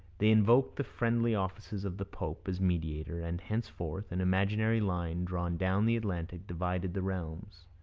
they invoked the friendly offices of the pope as mediator, and, henceforth, an imaginary line drawn down the atlantic divided the realms.